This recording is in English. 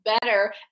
better